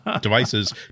devices